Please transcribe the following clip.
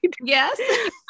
Yes